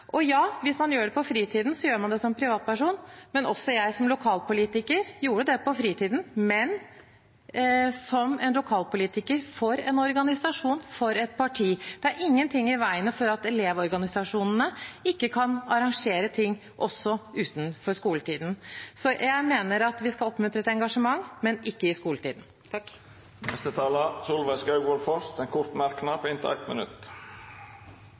Ja, hvis man gjør det på fritiden, gjør man det som privatperson. Også jeg som lokalpolitiker gjorde det på fritiden, men som en lokalpolitiker for en organisasjon, for et parti. Det er ingenting i veien for at elevorganisasjonene kan arrangere ting også utenfor skoletiden, så jeg mener at vi skal oppmuntre til engasjement, men ikke i skoletiden. Representanten Solveig Skaugvoll Foss har hatt ordet to gonger tidlegare og får ordet til ein kort merknad, avgrensa til 1 minutt.